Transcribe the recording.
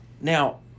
Now